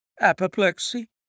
Apoplexy